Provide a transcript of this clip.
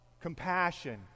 compassion